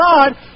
God